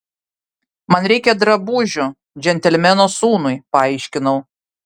man reikia drabužių džentelmeno sūnui paaiškinau